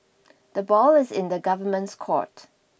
the ball is in the Government's court